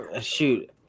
Shoot